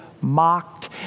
mocked